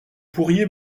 pourriez